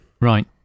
Right